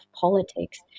politics